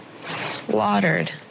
slaughtered